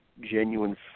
genuine